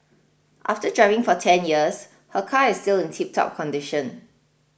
after driving for ten years her car is still in tiptop condition